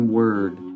word